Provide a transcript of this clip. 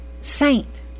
saint